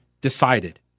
decided